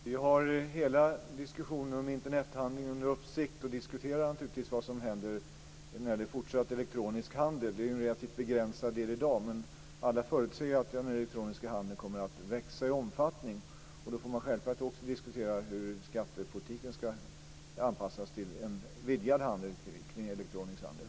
Fru talman! Vi har hela diskussionen om Internethandeln under uppsikt, och diskuterar naturligtvis vad som händer när det gäller fortsatt elektronisk handel. Det är ju en relativt begränsad del i dag, men alla förutser att den elektroniska handeln kommer att växa i omfattning. Man får då självfallet också diskutera hur skattepolitiken ska anpassas till en vidgad elektronisk handel.